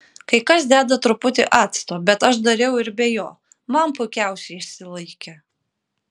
kai kas deda truputį acto bet aš dariau ir be jo man puikiausiai išsilaikė